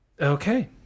Okay